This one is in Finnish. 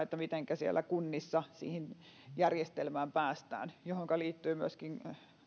että mitenkä siellä kunnissa siihen järjestelmään päästään siihen liittyy myöskin